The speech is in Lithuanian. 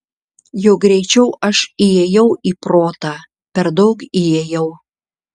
jau greičiau aš įėjau į protą per daug įėjau